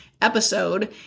episode